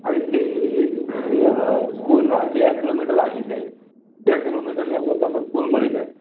અહીંથી સ્કૂલ છે ને બે કિલોમીટર આઘી છે બે કિલોમીટરની અંદર તમને સ્કૂલ મળી જાય